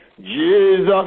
Jesus